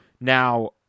Now